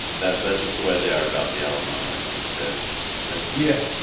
that that's just the way they are about the alamo i think yeah,